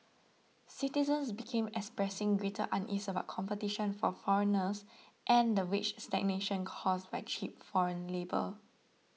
citizens began expressing greater unease about competition from foreigners and the wage stagnation caused by cheap foreign labour